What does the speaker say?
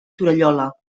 torallola